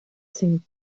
seemed